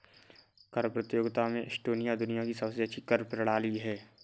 कर प्रतियोगिता में एस्टोनिया दुनिया की सबसे अच्छी कर प्रणाली है